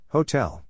Hotel